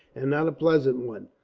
and not a pleasant one.